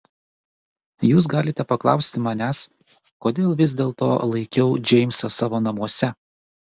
jūs galite paklausti manęs kodėl vis dėlto laikiau džeimsą savo namuose